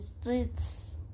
streets